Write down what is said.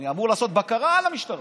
אני אמור לעשות בקרה על המשטרה: